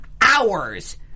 hours